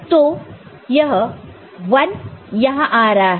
तो यह 1 यहां आ रहा है